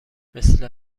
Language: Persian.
مثل